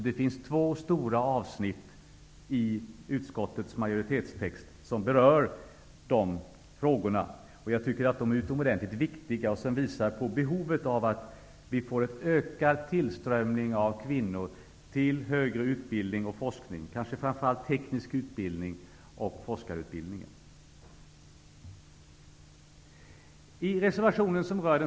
Det finns två stora avsnitt i utskottsmajoritetens text som berör de frågorna, och jag tycker att de är utomordentligt viktiga. De visar på behovet av en ökad tillströmning av kvinnor till högre utbildning och forskning, kanske framför allt teknisk utbildning och forskarutbildning.